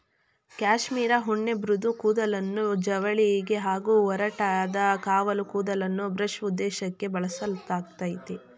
cashmere ಉಣ್ಣೆ ಮೃದು ಕೂದಲನ್ನು ಜವಳಿಗೆ ಹಾಗೂ ಒರಟಾದ ಕಾವಲು ಕೂದಲನ್ನು ಬ್ರಷ್ ಉದ್ದೇಶಕ್ಕೇ ಬಳಸಲಾಗ್ತದೆ